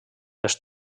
les